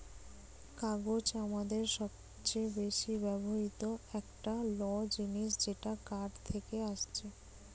কাগজ আমাদের সবচে বেশি ব্যবহৃত একটা ল জিনিস যেটা কাঠ থেকে আসছে